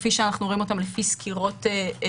כפי שאנו רואים אותם לפי סקירות של